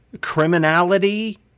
criminality